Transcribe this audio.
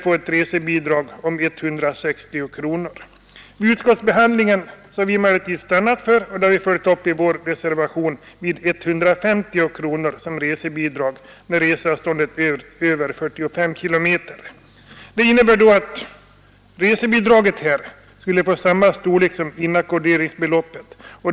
Vid utskottsbehandlingen har vi stannat för 150 kronor som resetillägg, och det har vi följt upp i vår reservation 12. Det innebär att resebidraget skulle få samma storlek som inackorderingsbeloppet.